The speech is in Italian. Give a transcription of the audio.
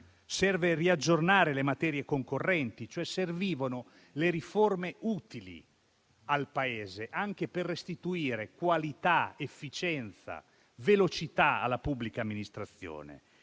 serve riaggiornare le materie concorrenti. Servivano cioè le riforme utili al Paese, anche per restituire qualità, efficienza, velocità alla pubblica amministrazione.